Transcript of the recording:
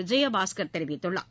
விஜயபாஸ்கர் தெரிவித்துள்ளார்